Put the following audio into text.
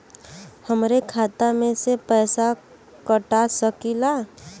हमरे खाता में से पैसा कटा सकी ला?